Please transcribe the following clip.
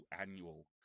annual